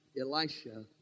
Elisha